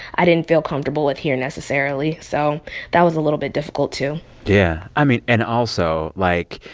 i didn't feel comfortable with here necessarily. so that was a little bit difficult, too yeah. i mean and also, like,